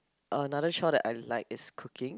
another chore that I like is cooking